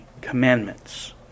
commandments